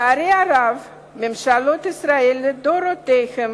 לצערי הרב, ממשלות ישראל לדורותיהן